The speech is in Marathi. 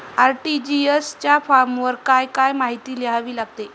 आर.टी.जी.एस च्या फॉर्मवर काय काय माहिती लिहावी लागते?